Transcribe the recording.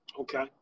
Okay